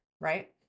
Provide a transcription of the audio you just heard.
right